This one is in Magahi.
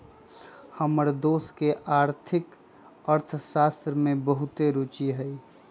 हमर दोस के आर्थिक अर्थशास्त्र में बहुते रूचि हइ